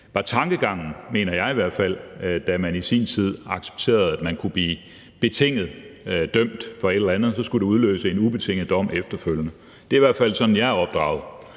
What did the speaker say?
var tanken, mener jeg i hvert fald, da man i sin tid accepterede, at folk kunne blive betinget dømt for et eller andet. For så skulle det udløse en ubetinget dom efterfølgende. Det er i hvert fald sådan, jeg er opdraget.